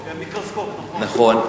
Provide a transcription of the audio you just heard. על מיקרוסקופ, נכון.